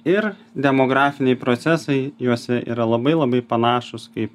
ir demografiniai procesai juose yra labai labai panašūs kaip